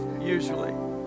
usually